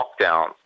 lockdown